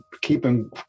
keeping